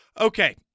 Okay